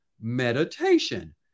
meditation